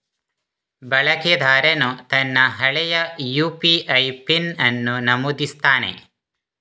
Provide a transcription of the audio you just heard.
ಬಳಕೆದಾರನು ತನ್ನ ಹಳೆಯ ಯು.ಪಿ.ಐ ಪಿನ್ ಅನ್ನು ನಮೂದಿಸುತ್ತಾನೆ